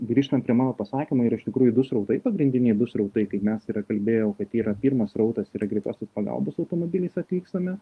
grįžtant prie mano pasakymo yra iš tikrųjų du srautai pagrindiniai du srautai kaip mes yra kalbėjau kad yra pirmas srautas yra greitosios pagalbos automobiliais atvykstame